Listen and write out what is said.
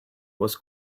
was